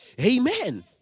Amen